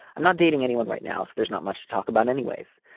i'm not dating anyone right now so there's not much to talk about anyways.